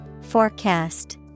Forecast